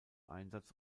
einsatz